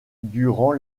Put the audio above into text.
durant